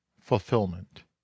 Fulfillment